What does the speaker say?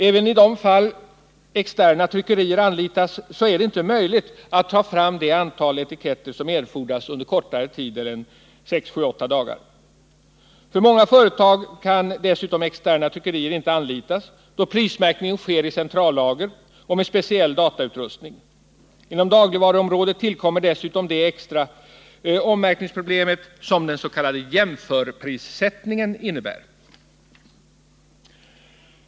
Även i de fall där externa tryckerier anlitas, är det inte möjligt att under kortare tid än sex, sju eller åtta dagar ta fram det antal etiketter som erfordras. För många företag kan dessutom externa tryckerier inte anlitas, då prismärkningen sker i centrallager och med speciell datautrustning. Inom dagligvaruområdet tillkommer dessutom det extra ommärkningsproblem som den s.k. jämförprissättningen innebär.